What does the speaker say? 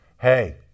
hey